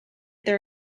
there